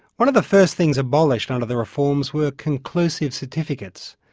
one of the first things abolished under the reforms were conclusive certificates,